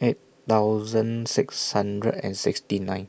eight thousand six hundred and sixty nine